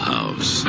House